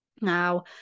Now